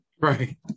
Right